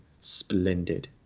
splendid